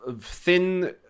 thin